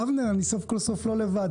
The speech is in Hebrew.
אבנר, סוף כל סוף אני לא לבד.